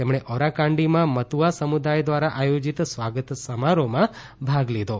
તેમણે ઓરાકાંડીમાં મતુઆ સમુદાય દ્વારા આયોજિત સ્વાગત સમારોહમાં ભાગ લીધો